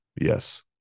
Yes